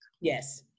Yes